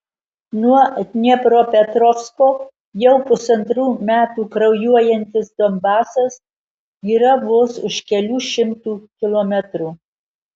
nuo dniepropetrovsko jau pusantrų metų kraujuojantis donbasas yra vos už kelių šimtų kilometrų